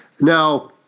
Now